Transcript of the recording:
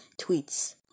tweets